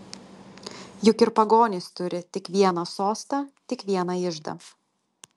juk ir pagonys turi tik vieną sostą tik vieną iždą